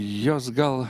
jos gal